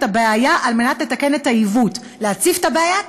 הבעיה על מנת לתקן את העיוות"; להציף את הבעיה,